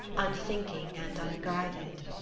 unthinking and unguided.